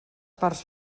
parts